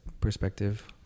perspective